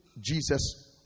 Jesus